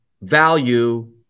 value